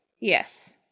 Yes